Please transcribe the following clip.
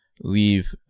leave